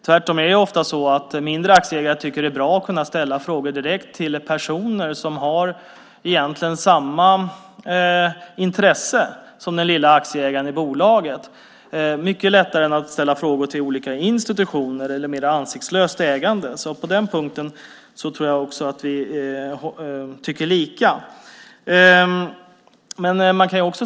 Tvärtom är det ofta så att mindre aktieägare tycker att det är bra att kunna ställa frågor direkt till personer som egentligen har samma intresse som den lilla aktieägaren i bolaget. Det är mycket lättare än att ställa frågor till olika institutioner eller mer ansiktslöst ägande. På den punkten tror jag att vi tycker lika.